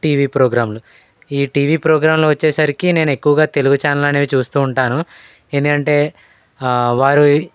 TV ప్రోగ్రాములు ఈ TV ప్రోగ్రాములు వచ్చేసరికి నేను ఎక్కువగా తెలుగు ఛానల్ అనేది చూస్తూ ఉంటాను ఎందుకంటే వారు